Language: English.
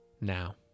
now